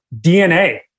DNA